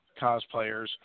cosplayers